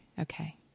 Okay